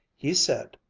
he said,